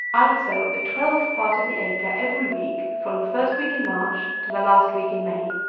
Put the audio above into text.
i would sow a twelfth part of the acre every week from the first week in march to the last week in may.